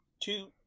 two